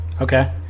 Okay